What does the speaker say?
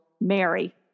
Mary